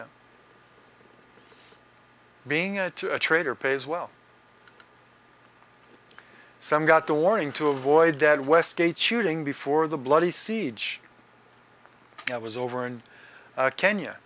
know being a trader pays well some got the warning to avoid dead westgate shooting before the bloody siege i was over in kenya